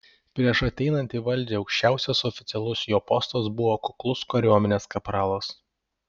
prieš ateinant į valdžią aukščiausias oficialus jo postas buvo kuklus kariuomenės kapralas